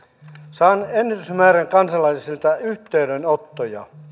saan ennätysmäärän kansalaisilta yhteydenottoja